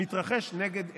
מתרחש נגד עינינו.